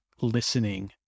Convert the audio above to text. listening